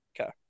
Okay